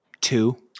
Two